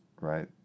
right